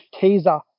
teaser